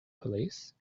police